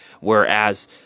whereas